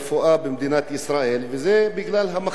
וזה בגלל המחסומים הקיימים